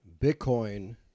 bitcoin